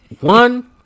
One